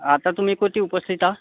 आता तुम्ही कुठे उपस्थित आहे